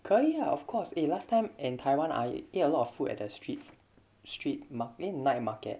可以 ah of course eh last time in taiwan I eat a lot of food at the street street mark~ eh night market